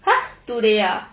!huh! today ah